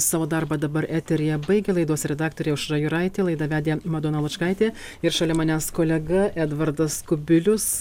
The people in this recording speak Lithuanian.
savo darbą dabar eteryje baigė laidos redaktorė aušra juraitė laidą vedė madona lučkaitė ir šalia manęs kolega edvardas kubilius